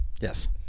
Yes